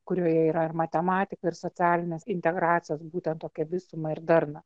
kurioje yra ir matematika ir socialinės integracijos būtent tokią visumą ir darną